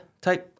take